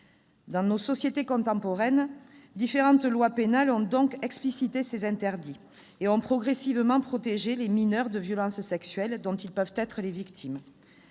Dans nos sociétés contemporaines, différentes lois pénales ont donc explicité ces interdits et ont progressivement protégé les mineurs des violences sexuelles dont ils peuvent être les victimes.